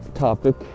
topic